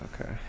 Okay